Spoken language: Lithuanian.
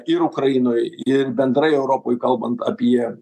ir ukrainoj ir bendrai europoj kalbant apie